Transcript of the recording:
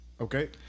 Okay